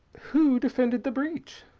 who defended the breach?